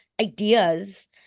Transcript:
ideas